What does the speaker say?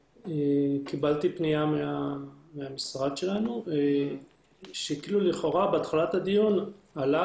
קיבלתי פנייה מהמשרד שלנו שכאילו לכאורה בהתחלת הדיון עלה